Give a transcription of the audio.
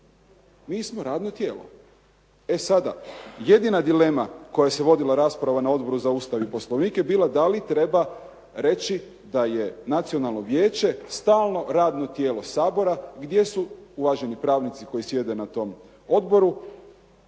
Mi smo radno tijelo. E sada, jedina dilema o kojoj se vodila rasprava na Odboru za Ustav i poslovnik je bila da li treba reći da je Nacionalno vijeće stalno radno tijelo Sabora gdje su uvaženi pravnici koji sjede na tom odboru